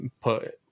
Put